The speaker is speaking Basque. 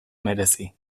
merezi